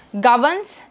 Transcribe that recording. governs